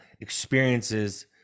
experiences